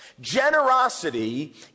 Generosity